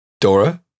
Dora